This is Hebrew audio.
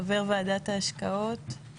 חבר ועדת ההשקעות.